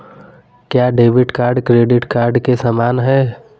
क्या debit card credit card के समान है?